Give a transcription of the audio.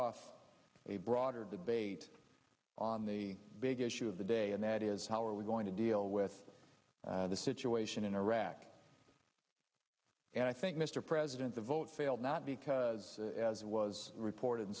off a broader debate on the big issue of the day and that is how are we going to deal with the situation in iraq and i think mr president the vote failed not because as was reported in